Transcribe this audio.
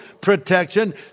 protection